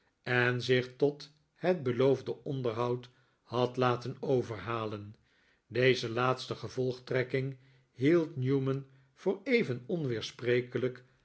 en zich tot het beloofde onderhoud had laten overhalen deze laatste gevolgtrekking hield newman voor even